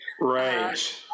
Right